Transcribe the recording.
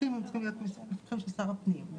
המפקחים צריכים להיות מפקחים של שר הפנים.